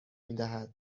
میدهد